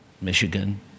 Michigan